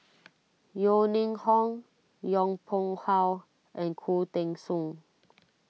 Yeo Ning Hong Yong Pung How and Khoo Teng Soon